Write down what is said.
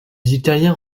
italiens